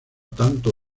tanto